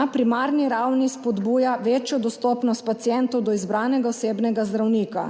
Na primarni ravni spodbuja večjo dostopnost pacientov do izbranega osebnega zdravnika.